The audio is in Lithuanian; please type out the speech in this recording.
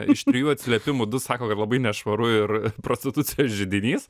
iš trijų atsiliepimų du sako kad labai nešvaru ir prostitucijos židinys